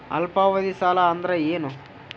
ಅಲ್ಪಾವಧಿ ಸಾಲ ಅಂದ್ರ ಏನು?